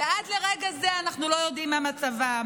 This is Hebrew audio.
ועד לרגע זה אנחנו לא יודעים מה מצבם.